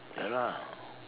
ya lah